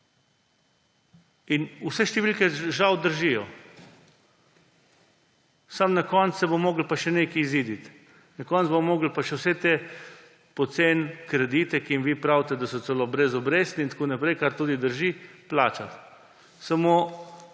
Vse številke žal držijo. Samo na koncu se bo moralo še nekaj iziti, na koncu bomo morali pa še vse te poceni kredite, o katerih vi pravite, da so celo brez obresti in tako naprej, kar tudi drži, plačati. Vse